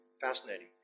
fascinating